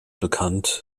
bekannt